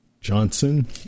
Johnson